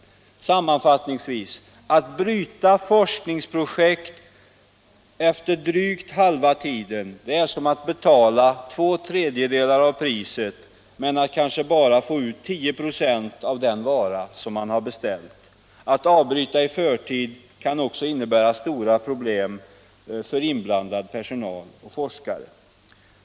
Sammanfattningsvis: Att avbryta forskningsprojekt efter drygt halva tiden är som att betala två tredjedelar av priset men att kanske bara få ut 10 96 av en vara som man har beställt. Att avbryta i förtid kan också innebära stora problem för forskare och annan inblandad personal.